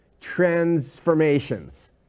transformations